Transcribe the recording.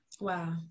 Wow